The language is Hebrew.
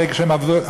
אחרי שהם עבדו,